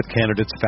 candidates